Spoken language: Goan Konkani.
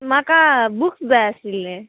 म्हाका बुक्स जाय आशिल्ले